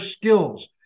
skills